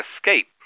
escape